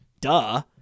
Duh